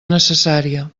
necessària